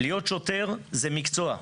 להיות שוטר זה מקצוע.